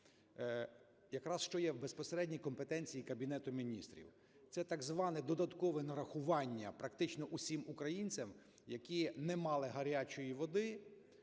якраз що є в безпосередній компетенції Кабінету Міністрів. Це так зване додаткове нарахування, практично всім, українцям, які не мали гарячої води,